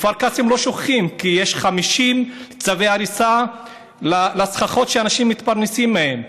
בכפר קאסם לא שוכחים כי יש 50 צווי הריסה לסככות שאנשים מתפרנסים מהן.